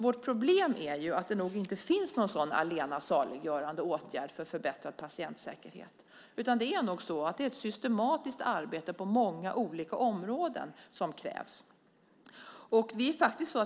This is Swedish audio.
Vårt problem är att det inte finns en sådan allena saliggörande åtgärd för förbättrad patientsäkerhet. Det är ett systematiskt arbete på många olika områden som krävs.